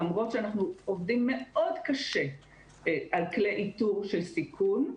למרות שאנחנו עובדים מאוד קשה על כלי איתור של סיכון,